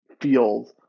feels